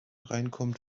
reinkommt